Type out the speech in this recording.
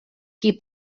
qui